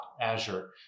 Azure